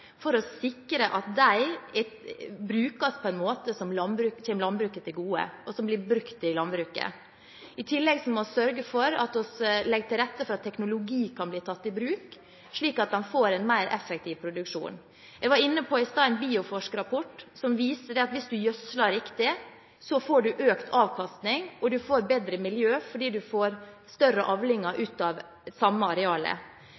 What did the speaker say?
for å sikre at de brukes på en måte som kommer landbruket til gode. I tillegg må vi sørge for at vi legger til rette for at teknologi kan bli tatt i bruk, slik at en får en mer effektiv produksjon. Jeg var i stad inne på en Bioforsk-rapport som viser at hvis du gjødsler riktig, får du økt avkastning og bedre miljø fordi du får større avlinger